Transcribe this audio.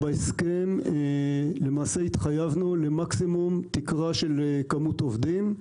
בהסכם למעשה התחייבנו למקסימום תקרה של מספר עובדים.